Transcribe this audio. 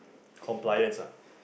compliance ah